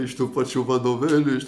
iš tų pačių vadovėlių